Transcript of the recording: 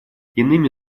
иными